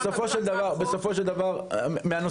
אם אין הסכמה קואליציונית,